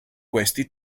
questi